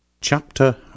chapter